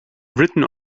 written